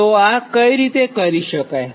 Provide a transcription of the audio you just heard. તો આ કઇ રીતે કરી શકાય